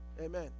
Amen